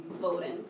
voting